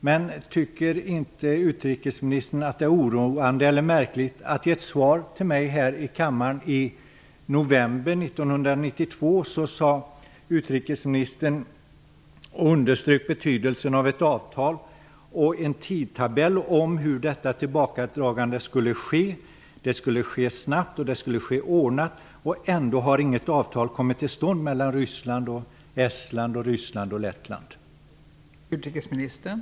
Men tycker inte utrikesministern att det är oroande eller märkligt att utrikesministern i ett svar till mig här i kammaren i november 1992 underströk betydelsen av ett avtal och en tidtabell om hur detta tillbakadragande skulle ske -- det skulle ske snabbt, och det skulle ske ordnat -- men att något avtal ändå inte har kommit till stånd mellan Ryssland och Estland och mellan Ryssland och Lettland?